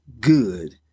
good